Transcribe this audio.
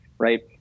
right